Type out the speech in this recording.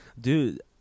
Dude